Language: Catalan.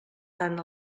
tant